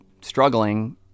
struggling